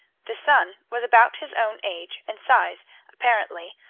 the son was about his own age and size apparently,